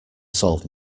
solve